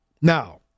Now